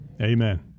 amen